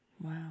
Wow